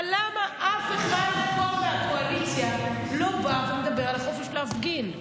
אבל למה אף אחד פה מהקואליציה לא בא ומדבר על החופש להפגין?